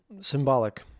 symbolic